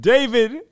David